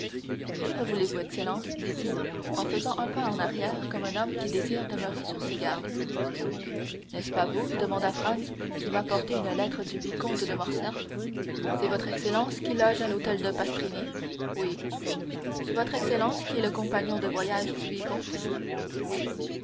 que me voulez-vous excellence dit-il en faisant un pas en arrière comme un homme qui désire demeurer sur ses gardes n'est-ce pas vous demanda franz qui m'apportez une lettre du vicomte de morcerf c'est votre excellence qui loge à l'hôtel de pastrini oui c'est votre excellence qui est le compagnon de voyage du vicomte oui